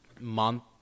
month